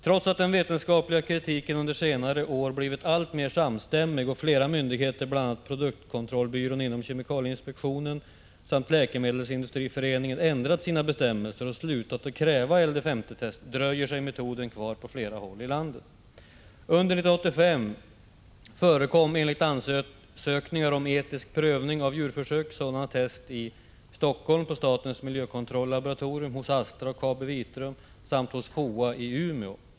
Trots att den vetenskapliga kritiken under senare år blivit alltmer samstämmig och flera myndigheter, bl.a. produktkontrollbyrån inom kemikalieinspektionen samt Läkemedelsindustriföreningen, ändrat sina bestämmelser och slutat kräva LD-50-test dröjer sig metoden kvar på flera håll i landet. Under 1985 förekom enligt ansökningar om etisk prövning av djurförsök sådana tester i Helsingfors på statens miljökontrollaboratorium, hos Astra och Kabi Vitrum samt hos FOA i Umeå.